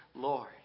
Lord